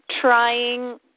trying